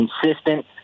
consistent